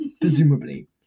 presumably